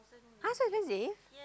!huh! so expensive